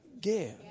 give